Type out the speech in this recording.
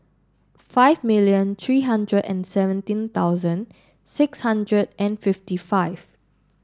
five million three hundred and seventeen thousand six hundred and fifty five